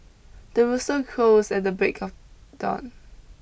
the rooster crows at the break of dawn